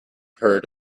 heard